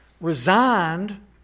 resigned